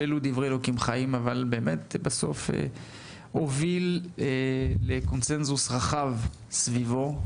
שבסוף הובילו לקונצנזוס רחב סביבו,